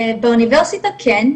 האוניברסיטה כן,